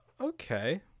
okay